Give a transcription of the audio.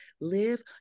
live